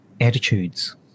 attitudes